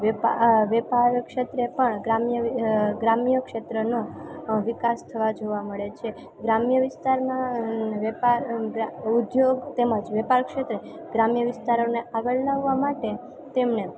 વેપાર ક્ષેત્રે પણ ગ્રામ્ય ક્ષેત્રનો વિકાસ થવા જોવા મળે છે ગ્રામ્ય વિસ્તારમાં વેપાર ઉદ્યોગ તેમજ વ્યાપાર ક્ષેત્રે ગ્રામ્ય વિસ્તારોને આગળ લાવવા માટે તેમને